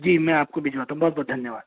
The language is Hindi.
जी मैं आपको भिजवाता हूँ बहुत बहुत धन्यावाद